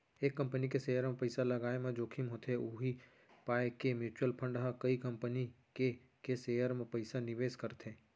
एक कंपनी के सेयर म पइसा लगाय म जोखिम होथे उही पाय के म्युचुअल फंड ह कई कंपनी के के सेयर म पइसा निवेस करथे